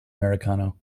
americano